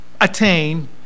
attain